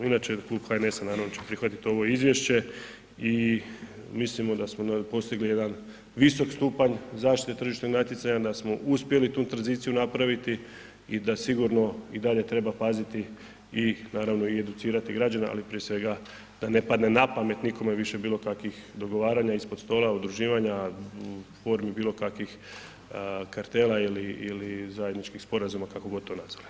Inače, klub HNS-a naravno će prihvatiti ovo izvješće i mislimo da smo postigli jedan visok stupanj zaštite tržišnog natjecanja, da smo uspjeli tu tranziciju napraviti i da sigurno i dalje treba paziti i naravno i educirati građane, ali prije svega da ne padne napamet nikome više bilokakvih dogovaranja ispod stola, udruživanja, formi bilokakvih kartela ili zajedničkih sporazuma, kako god to nazvali, zahvaljujem.